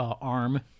arm